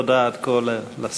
תודה עד כה לשר.